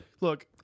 look